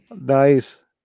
Nice